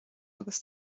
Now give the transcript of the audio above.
agus